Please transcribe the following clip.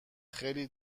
خیلی